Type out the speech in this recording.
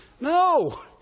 No